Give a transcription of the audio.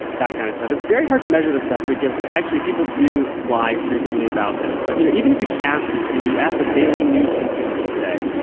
that kind of stuff. it's very hard to measure the stuff because actually people do lie frequently about this. but you know, even if you just ask people you know, you ask the daily news consumers today,